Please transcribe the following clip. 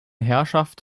herrschaft